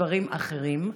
דברים אחרים.